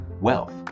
Wealth